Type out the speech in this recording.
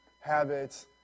habits